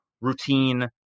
routine